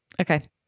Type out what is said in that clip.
okay